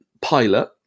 pilot